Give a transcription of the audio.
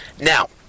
Now